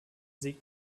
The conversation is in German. sieg